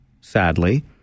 sadly